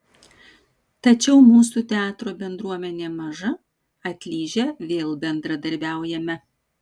tačiau mūsų teatro bendruomenė maža atlyžę vėl bendradarbiaujame